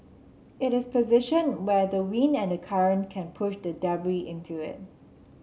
it is positioned where the wind and the current can push the debris into it